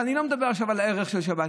ואני לא מדבר עכשיו על הערך של שבת,